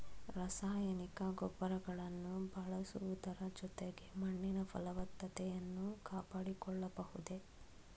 ರಾಸಾಯನಿಕ ಗೊಬ್ಬರಗಳನ್ನು ಬಳಸುವುದರ ಜೊತೆಗೆ ಮಣ್ಣಿನ ಫಲವತ್ತತೆಯನ್ನು ಕಾಪಾಡಿಕೊಳ್ಳಬಹುದೇ?